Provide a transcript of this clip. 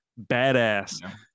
Badass